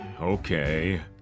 Okay